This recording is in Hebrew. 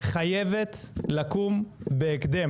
חייבת לקום בהקדם,